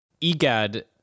EGAD